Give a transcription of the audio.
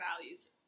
values